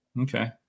Okay